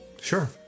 Sure